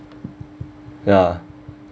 ya